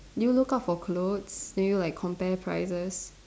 do you look out for clothes do you like compare prices